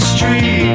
Street